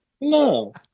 No